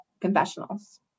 confessionals